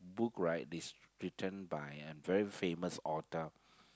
book right is written by a very famous author